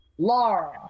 Lara